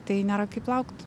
tai nėra kaip plaukt